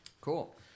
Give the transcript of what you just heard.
Cool